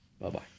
Bye-bye